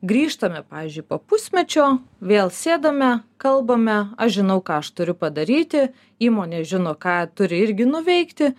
grįžtame pavyzdžiui po pusmečio vėl sėdame kalbame aš žinau ką aš turiu padaryti įmonė žino ką turi irgi nuveikti